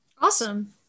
Awesome